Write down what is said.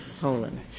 Poland